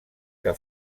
que